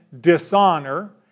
dishonor